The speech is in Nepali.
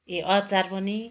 ए अचार पनि